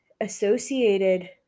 associated